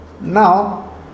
Now